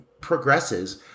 progresses